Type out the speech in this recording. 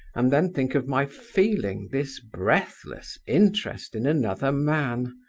and then think of my feeling this breathless interest in another man.